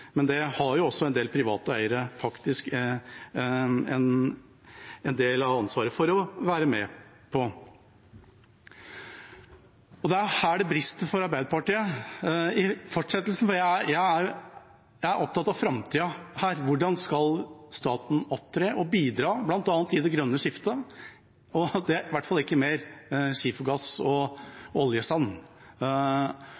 Men det har faktisk også en del private eiere en del av ansvaret for. Det er her det brister for Arbeiderpartiet i fortsettelsen. Jeg er opptatt av framtida – hvordan staten skal opptre og bidra til bl.a. det grønne skiftet. Det er i hvert fall ikke gjennom mer skifergass og